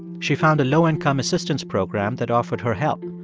she found a low-income assistance program that offered her help.